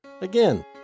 Again